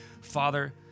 Father